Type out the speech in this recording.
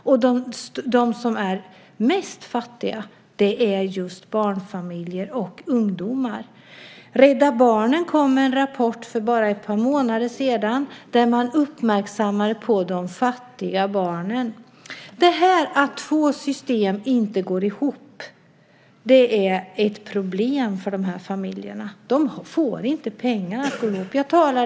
De som är mest fattiga är just barnfamiljer och ungdomar. Rädda Barnen kom med en rapport för bara några månader sedan där man uppmärksammade de fattiga barnen. Att två system inte går ihop är ett problem för dessa familjer. De får inte pengarna att räcka.